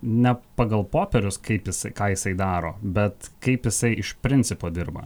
ne pagal popierius kaip jisai ką jisai daro bet kaip jisai iš principo dirba